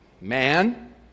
man